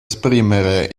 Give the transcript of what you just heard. esprimere